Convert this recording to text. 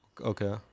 Okay